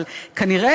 אבל כנראה,